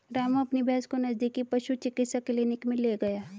रामू अपनी भैंस को नजदीकी पशु चिकित्सा क्लिनिक मे ले गया